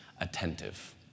attentive